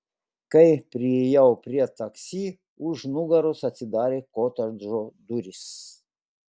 kai priėjau prie taksi už nugaros atsidarė kotedžo durys